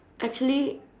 actually